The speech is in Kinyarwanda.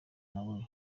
nawe